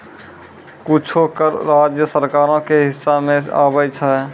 कुछो कर राज्य सरकारो के हिस्सा मे आबै छै